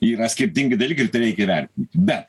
yra skirtingi dalykai ir tai reikia įvertint bet